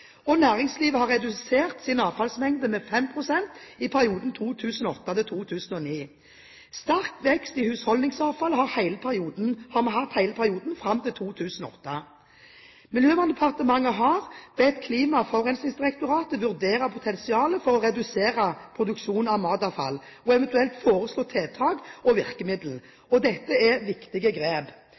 Næringslivet har redusert sin avfallsmengde med 5 pst. i perioden 2008 til 2009. Vi har hatt sterk vekst i husholdningsavfallet hele perioden fram til 2008. Miljøverndepartementet har bedt Klima- og forurensningsdirektoratet vurdere potensialet for å redusere produksjon av matavfall og eventuelt foreslå tiltak og virkemidler. Dette er viktige grep.